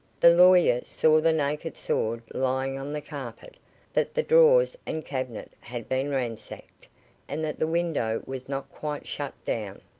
the lawyer saw the naked sword lying on the carpet that the drawers and cabinet had been ransacked and that the window was not quite shut down.